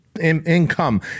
income